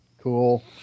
cool